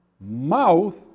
mouth